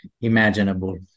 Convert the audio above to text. imaginable